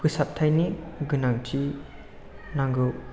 फोसाबथायनि गोनांथि नांगौ